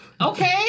Okay